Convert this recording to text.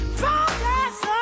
focus